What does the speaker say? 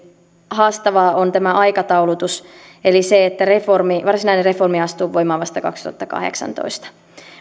haastavaa on tämä aikataulutus eli se että varsinainen reformi astuu voimaan vasta kaksituhattakahdeksantoista